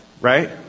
right